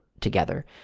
together